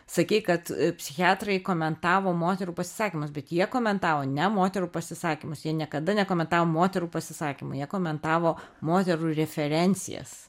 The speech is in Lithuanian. sakei kad psichiatrai komentavo moterų pasisakymus bet jie komentavo ne moterų pasisakymus jie niekada nekomentavo moterų pasisakymų jie komentavo moterų referencijas